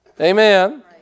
Amen